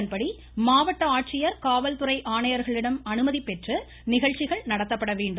இதன்படி மாவட்ட ஆட்சியர் காவல்துறை ஆணையர்களிடம் அனுமதி பெற்று நிகழ்ச்சிகள் நடத்தப்பட வேண்டும்